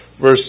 verse